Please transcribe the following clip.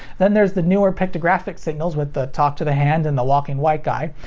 then there's the newer pictographic signals with the talk to the hand and the walking white guy,